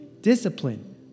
discipline